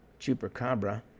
chupacabra